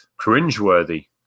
cringeworthy